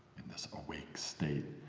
in this awake state!